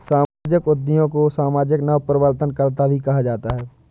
सामाजिक उद्यमियों को सामाजिक नवप्रवर्तनकर्त्ता भी कहा जाता है